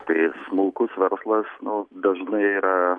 tai smulkus verslas nu dažnai yra